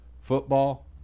football